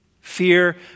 Fear